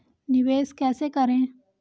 निवेश कैसे करें?